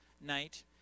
night